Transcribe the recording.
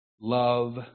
love